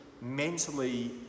mentally